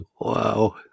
Wow